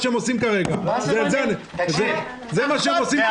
ננעלה בשעה 11:01.